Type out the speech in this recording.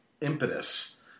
impetus